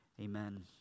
Amen